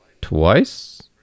twice